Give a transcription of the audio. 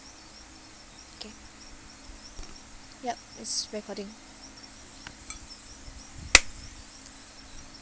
okay yup is recording